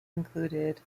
included